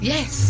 Yes